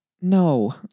No